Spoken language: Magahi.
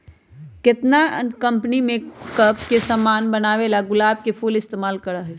केतना न कंपनी मेकप के समान बनावेला गुलाब के फूल इस्तेमाल करई छई